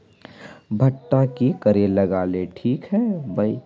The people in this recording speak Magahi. भुट्टा की करे लगा ले ठिक है बय?